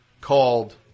called